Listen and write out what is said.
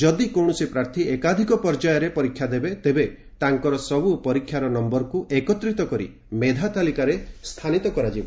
ଯଦି କୌଣସି ପ୍ରାର୍ଥୀ ଏକାଧିକ ପର୍ଯ୍ୟାୟର ପରୀକ୍ଷା ଦେବେ ତେବେ ତାଙ୍କର ସବୁ ପରୀକ୍ଷାର ନମ୍ଘରକୁ ଏକତ୍ରିତ କରି ମେଧା ତାଲିକାରେ ସ୍ଥାନିତ କରାଯିବ